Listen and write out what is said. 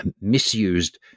misused